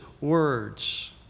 words